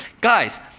Guys